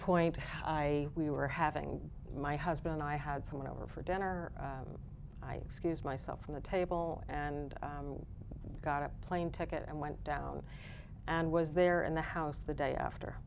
point i we were having my husband i had someone over for dinner i excused myself from the table and got a plane ticket and went down and was there in the house the day after